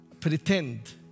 pretend